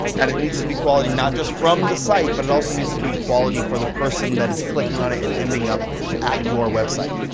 and it needs to be quality not just from the site, but it also needs to be quality for the person that is clicking on it and ending up at your website.